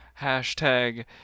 Hashtag